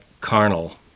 carnal